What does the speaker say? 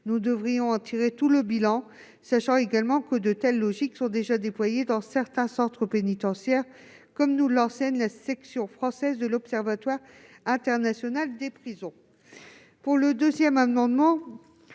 Nous devrions en tirer le bilan, sachant par ailleurs que de telles logiques sont déjà déployées dans certains centres pénitentiaires, comme nous l'apprend la section française de l'Observatoire international des prisons. Quant à l'amendement